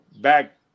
back